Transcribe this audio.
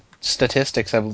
statistics